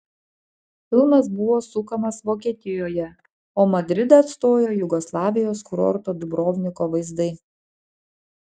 filmas buvo sukamas vokietijoje o madridą atstojo jugoslavijos kurorto dubrovniko vaizdai